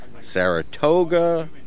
Saratoga